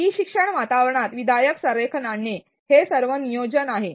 E शिक्षण वातावरणात विधायक संरेखन आणणे हे सर्व नियोजन आहे